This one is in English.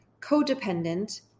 codependent